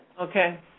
Okay